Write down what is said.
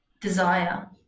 desire